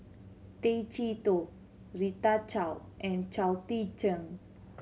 Tay Chee Toh Rita Chao and Chao Tzee Cheng